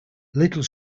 little